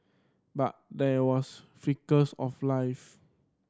but there was flickers of life